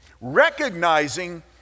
recognizing